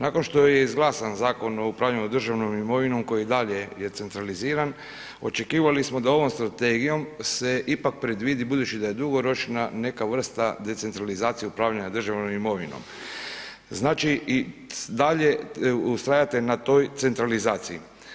Nakon što je izglasan Zakon o upravljanju državnom imovinom koji je i dalje centraliziran, očekivali smo da ovom strategijom se ipak predvidi budući da je dugoročna neka vrsta decentralizacije upravljanja državnom imovinom, znači i dalje ustrajete na toj centralizaciji.